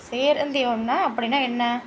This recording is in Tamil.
சேரந்தீவம்னா அப்படின்னா என்ன